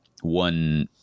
one